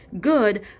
good